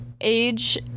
age